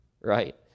right